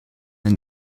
ein